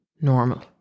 normal